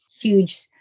huge